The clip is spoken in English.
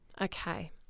Okay